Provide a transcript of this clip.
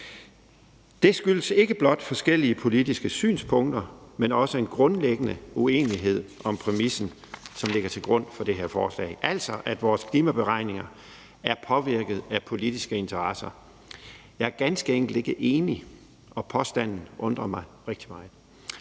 Det skyldes ikke blot forskellige politiske synspunkter, men også en grundlæggende uenighed om præmissen, som lægger til grund for det her forslag, altså at vores klimaberegninger er påvirket af politiske interesser. Jeg er ganske enkelt ikke enig, og påstanden undrer mig rigtig meget.